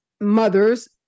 mothers